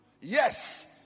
yes